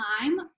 time